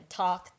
talk